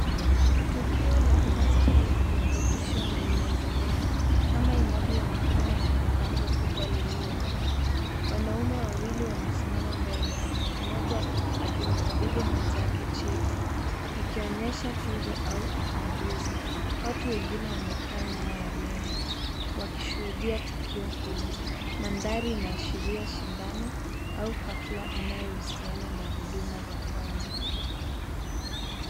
Tukio la first aid competition linaendelea, kama inavyoonekana kwenye bango kubwa lililo nyuma. Wanaume wawili wamesimama mbele, mmoja akimkabidhi mwenzake cheti ikionyesha tuzo au utambuzi. Watu wengine wamekaa nyuma ya meza, wakishuhudia tukio hilo. Mandhari inaashiria shindano au hafla inayohusiana na huduma za kwanza.